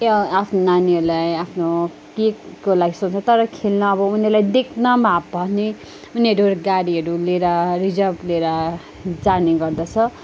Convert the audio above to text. त्यहाँ आफ्नो नानीहरूलाई आफ्नो पेटको लागि सोच्छ तर खेल्न अब उनीहरूलाई देख्नमा भने उनीहरू गाडीहरू लिएर रिजर्भ लिएर जाने गर्दछ